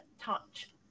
touch